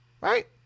right